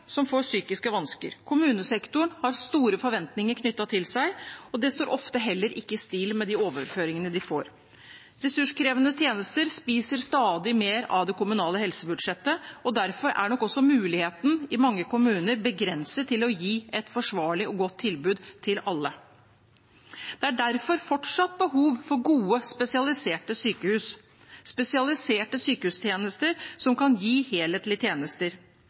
som får psykiske vansker. Kommunesektoren har store forventninger knyttet til seg, og det står ofte heller ikke i stil med de overføringene de får. Ressurskrevende tjenester spiser stadig mer av det kommunale helsebudsjettet, og derfor er nok også i mange kommuner muligheten til å gi et forsvarlig og godt tilbud til alle begrenset. Det er derfor fortsatt behov for gode spesialiserte sykehus, spesialiserte sykehustjenester som kan gi helhetlige tjenester.